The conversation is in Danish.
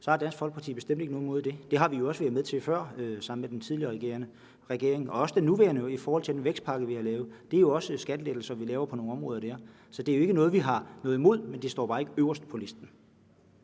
har Dansk Folkeparti bestemt ikke noget imod det. Det har vi jo været med til før sammen med den tidligere regering og også med den nuværende regering i forhold til den vækstpakke, vi har lavet; der laver vi jo også skattelettelser på nogle områder. Så det er ikke noget, vi har noget imod. Det står bare ikke øverst på listen.